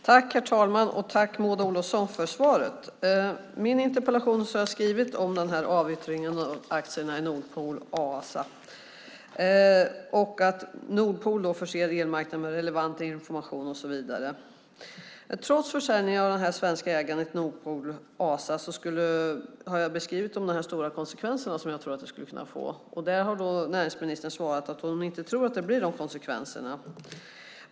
Herr talman! Tack, Maud Olofsson, för svaret! I min interpellation har jag skrivit om den här avyttringen av aktierna i Nord Pool ASA och att Nord Pool förser elmarknaden med relevant information och så vidare. Jag har skrivit om de stora konsekvenser som jag tror att försäljningen av det här svenska ägandet i Nord Pool ASA skulle kunna medföra. Näringsministern har då svarat att hon inte tror att det blir de konsekvenserna.